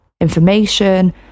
information